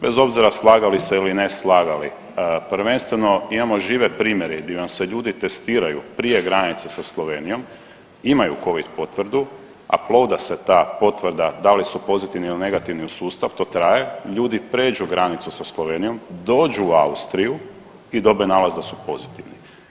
Bez obzira slagali se ili ne slagali, prvenstveno imamo žive primjere di vam se ljudi testiraju prije granice sa Slovenijom, imaju covid potvrdu, applauda se ta potvrda da li su pozitivni ili negativni u sustav, to traje, ljudi pređu granicu sa Slovenijom dođu u Austriju i dobe nalaz da su pozitivni.